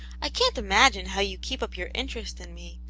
i can t imagine how you keep up your interest in me,